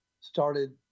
started